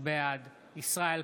בעד ישראל כץ,